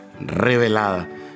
revelada